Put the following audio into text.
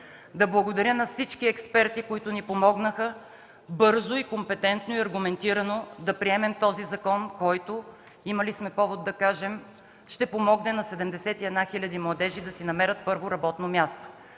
Да благодаря на всички експерти, които ни помогнаха бързо, компетентно и аргументирано да приемем този закон, който, имали сме повод да кажем, ще помогне на 71 хиляди младежи да си намерят първо работно място!